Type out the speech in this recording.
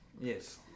Yes